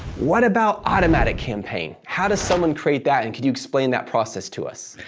what about automatic campaign? how does someone create that, and could you explain that process to us?